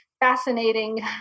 fascinating